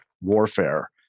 warfare